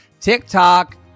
TikTok